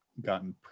gotten